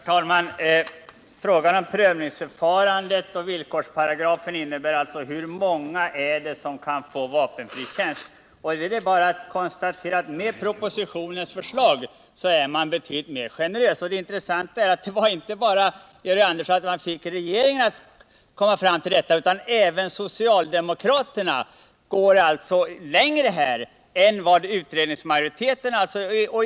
Herr talman! Prövningsförfarandet och villkorsparagrafen avgör hur många som kan få vapenfri tjänst. Det är bara att konstatera att propositionens förslag är betydligt mer generöst än utredningsmajoritetens förslag. Det intressanta är att inte bara regeringen har kommit fram till detta. Även socialdemokraterna går längre än utredningsmajoriteten.